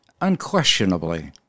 Unquestionably